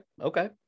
Okay